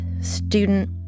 student